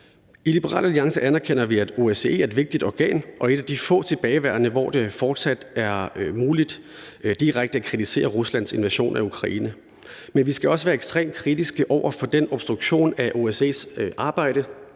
I Liberal Alliance anerkender vi, at OSCE er et vigtigt organ og et af de få tilbageværende, hvor det fortsat er muligt direkte at kritisere Ruslands invasion af Ukraine. Men vi skal også være ekstremt kritiske over for den obstruktion af OSCE's arbejde,